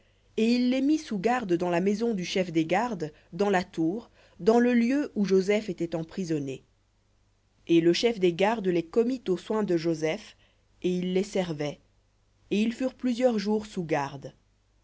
et il les mit sous garde dans la maison du chef des gardes dans la tour dans le lieu où joseph était emprisonné et le chef des gardes les commit aux soins de joseph et il les servait et ils furent jours sous garde